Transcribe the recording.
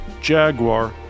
Jaguar